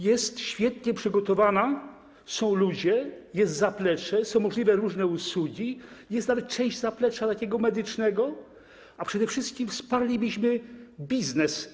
Jest świetnie przygotowana, są ludzie, jest zaplecze, są możliwe różne usługi, jest nawet część zaplecza takiego medycznego, a przede wszystkim wsparlibyśmy biznes.